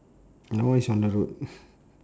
that one is on the road